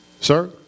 sir